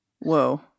Whoa